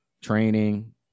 training